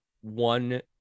one